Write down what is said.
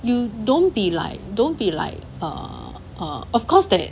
you don't be like don't be like err err of course there